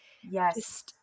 yes